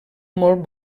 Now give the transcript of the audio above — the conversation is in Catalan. molt